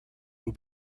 who